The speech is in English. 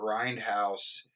Grindhouse